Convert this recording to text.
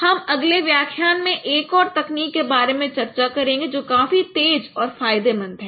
हम अगले व्याख्यान में एक और तकनीक के बारे में चर्चा करेंगे जो काफी तेज और फ़ायदेमंद है